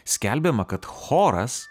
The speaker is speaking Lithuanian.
skelbiama kad choras